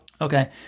Okay